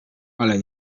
ale